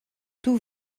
tout